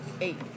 Eight